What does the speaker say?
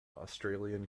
australian